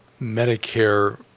Medicare